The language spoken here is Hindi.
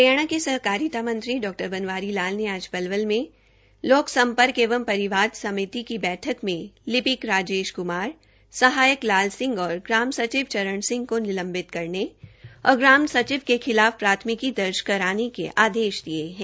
हरियाणा के सहकारिता मंत्री डॉ बनवारी लाल ने आज पलवल में लोक सम्पर्क एंव परिवाद समिति की बैठक मे लिपिक राजेश क्मार सहायक लाल सिंह और ग्राम सचिव चरण सिंह को निलंवित कराने और ग्राम सचिव के खिलाफ प्राथमिकी दर्ज कराने के आदेश दिये है